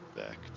back